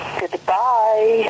goodbye